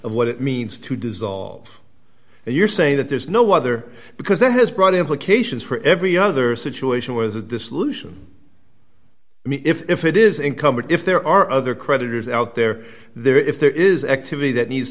of what it means to dissolve and you're saying that there's no other because that has brought implications for every other situation where the dissolution i mean if it is incumbent if there are other creditors out there there if there is activity that needs